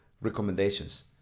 recommendations